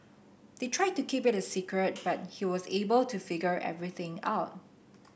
they tried to keep it a secret but he was able to figure everything out